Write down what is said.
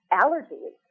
allergies